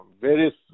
various